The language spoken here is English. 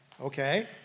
okay